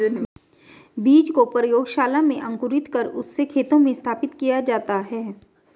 बीज को प्रयोगशाला में अंकुरित कर उससे खेतों में स्थापित किया जाता है